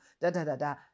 da-da-da-da